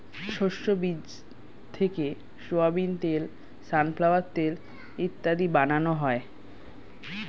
শস্যের বীজ থেকে সোয়াবিন তেল, সানফ্লাওয়ার তেল ইত্যাদি বানানো হয়